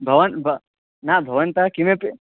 भवान् भ न भवन्तः किमपि